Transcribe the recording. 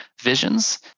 visions